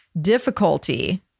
difficulty